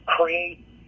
create